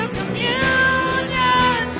communion